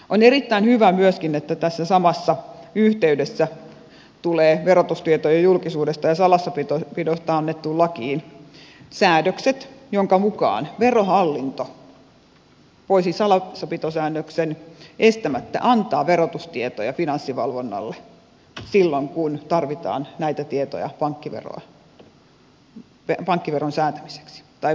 on erittäin hyvä myöskin että tässä samassa yhteydessä tulee verotustietojen julkisuudesta ja salassapidosta annettuun lakiin säädökset joiden mukaan verohallinto voisi salassapitosäännöksen estämättä antaa verotustietoja finanssivalvonnalle silloin kun tarvitaan näitä tietoja pankkiveron määräämiseksi